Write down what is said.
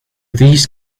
these